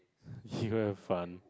she go have fun